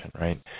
right